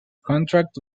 contract